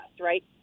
right